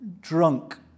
drunk